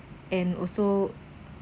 and also